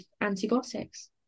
antibiotics